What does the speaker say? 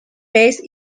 base